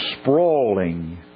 sprawling